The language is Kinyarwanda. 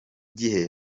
gihe